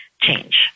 change